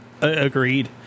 agreed